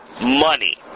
money